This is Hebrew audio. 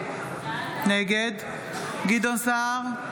נגד גדעון סער,